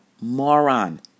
moron